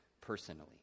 personally